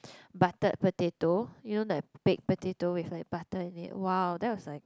butter potato you know like baked potato with like butter in it !wow! that was like